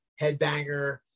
headbanger